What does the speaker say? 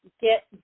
get